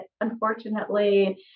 unfortunately